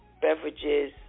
beverages